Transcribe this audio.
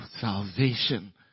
salvation